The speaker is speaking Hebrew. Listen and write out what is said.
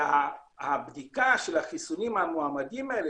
הבדיקה של החיסונים המועמדים האלה,